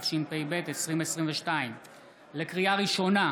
התשפ"ב 2022. לקריאה ראשונה,